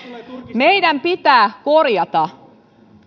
meidän pitää korjata